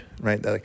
Right